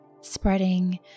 Spreading